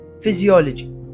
Physiology